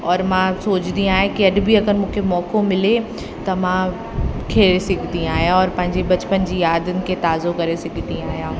और मां सोचदी आहियां की अॼु बि मूंखे मौक़ो मिले त मां खेड सघंदी आहियां और पंहिंजी बचपन जी यादियुनि खे ताज़ो करे सघंदी आहियां